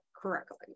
correctly